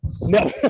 No